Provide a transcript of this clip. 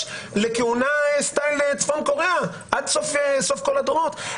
לכהונה סטייל צפון קוריאה עד סוף כל הדורות.